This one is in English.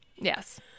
Yes